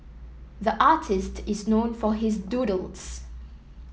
the artist is known for his doodles